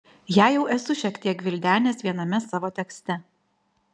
ją jau esu šiek tiek gvildenęs viename savo tekste